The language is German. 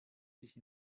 sich